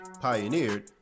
pioneered